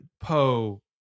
poe